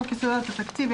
חוק יסודות התקציב,